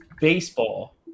baseball